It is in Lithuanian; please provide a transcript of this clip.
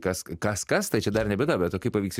kas kas kas tai čia dar ne bėda bet o kaip pavyks